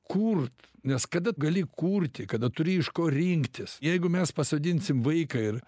kurt nes kada gali kurti kada turi iš ko rinktis jeigu mes pasodinsim vaiką ir